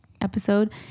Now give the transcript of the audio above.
episode